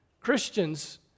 Christians